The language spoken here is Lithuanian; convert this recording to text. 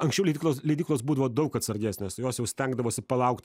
anksčiau leidyklos leidyklos būdavo daug atsargesnės jos jau stengdavosi palaukt